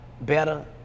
better